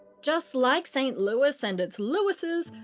just like st. louis and it's louises,